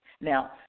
Now